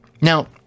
Now